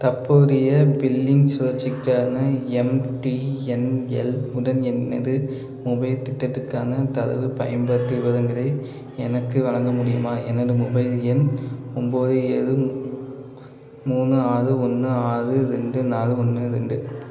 தற்போதைய பில்லிங் சுழற்சிக்கான எம்டிஎன்எல் உடன் எனது மொபைல் திட்டத்திற்கான தரவு பயன்பாட்டு விவரங்களை எனக்கு வழங்க முடியுமா எனது மொபைல் எண் ஒன்போது ஏழு மூணு ஆறு ஒன்று ஆறு ரெண்டு நாலு ஒன்று ரெண்டு